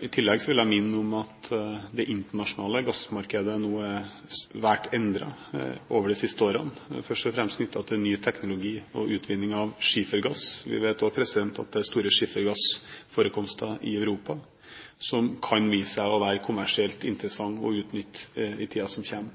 I tillegg vil jeg minne om at det internasjonale gassmarkedet er blitt svært endret gjennom de siste årene, først og fremst knyttet til ny teknologi og utvinning av skifergass. Vi vet at det er store skifergassforekomster i Europa, som kan vise seg å være kommersielt interessante å utnytte i tiden som kommer.